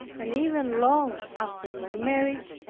and even long after my marriage,